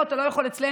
אתה לא יכול אצלנו,